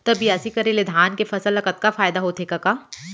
त बियासी करे ले धान के फसल ल कतका फायदा होथे कका?